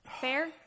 fair